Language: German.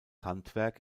handwerk